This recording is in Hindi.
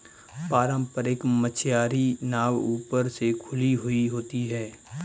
पारम्परिक मछियारी नाव ऊपर से खुली हुई होती हैं